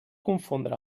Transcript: confondre